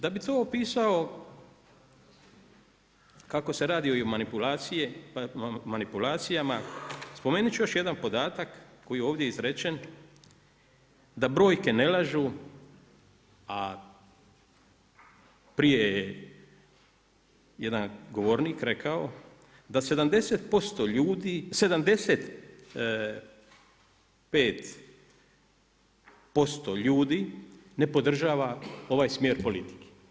Da bi to opisao kako se radi i manipulacije i manipulacijama, spomenut ću još jedan podatak koji je ovdje izrečen da brojke ne lažu, a prije je jedan govornik rekao da 70% ljudi, 75% ljudi ne podržava ovaj smjer politike.